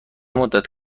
مدت